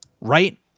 right